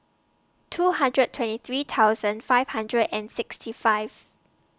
two hundred twenty three thousand five hundred and sixty five